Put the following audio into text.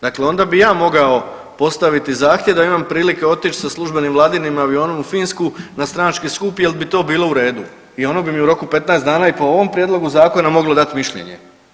Dakle, onda bi ja mogao postaviti zahtjev, da imam prilike otići sa službenim vladinim avionom u Finsku, na stranački skup, jel bi to bilo u redu, i ono bi mi u roku od 15 dana i po ovom prijedlogu zakona moglo dati mišljenje.